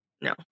No